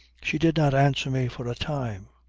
she did not answer me for a time,